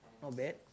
not bad